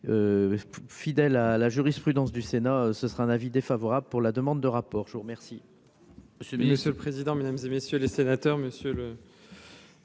fidèle à la jurisprudence du Sénat, ce sera un avis défavorable pour la demande de rapport, je vous remercie. J'ai dit, monsieur le président, Mesdames et messieurs les sénateurs, Monsieur le.